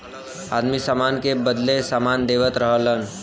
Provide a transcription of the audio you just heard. आदमी सामान के बदले सामान लेवत रहल